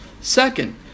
Second